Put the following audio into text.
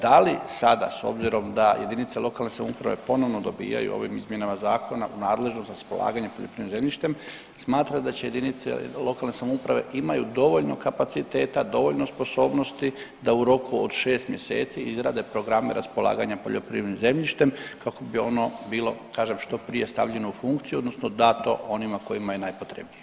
Da li sada s obzirom da jedinice lokalne samouprave ponovo dobijaju ovim izmjenama zakona u nadležnost raspolaganje poljoprivrednim zemljištem smatrate da će jedinice lokalne samouprave imaju dovoljno kapaciteta, dovoljno sposobnosti da u roku od 6 mjeseci izrade programe raspolaganja poljoprivrednim zemljištem kako bi ono bilo kažem što prije stavljeno u funkciju odnosno dato onima kojima je nepotrebnije.